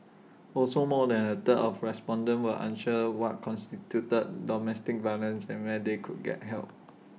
also more than A third of respondents were unsure what constituted domestic violence and where they could get help